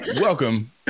Welcome